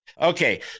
okay